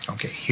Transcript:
Okay